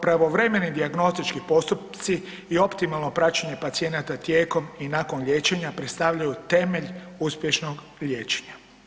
Pravovremeni dijagnostički postupci i optimalno praćenje pacijenata tijekom i nakon liječenja predstavljaju temelj uspješnog liječenja.